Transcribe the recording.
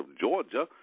Georgia